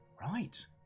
right